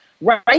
Right